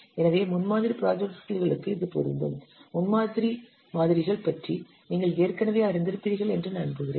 எனவே முன்மாதிரி ப்ராஜெக்ட்களுக்கு இது பொருந்தும் முன்மாதிரி மாதிரிகள் பற்றி நீங்கள் ஏற்கனவே அறிந்திருப்பீர்கள் என்று நம்புகிறேன்